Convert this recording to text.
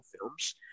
films